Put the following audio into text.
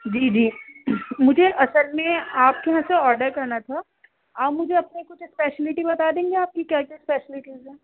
جی جی مجھے اصل میں آپ کے یہاں سے آڈر کرنا تھا آپ مجھے اپنے کچھ اسپیشلٹی بتا دیں گے آپ کی کیا کیا اسپیشلٹیز ہیں